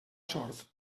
sort